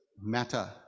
matter